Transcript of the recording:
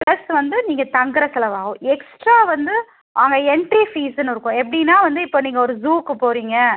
plus வந்து நீங்கள் தங்குற செலவாகும் எக்ஸ்ட்ரா வந்து அங்கே என்ட்ரி ஃபீஸுன்னு இருக்கும் எப்படின்னா வந்து இப்போ நீங்கள் ஒரு ஜூவுக்கு போகறீங்க